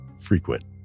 frequent